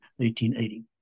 1880